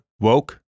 Woke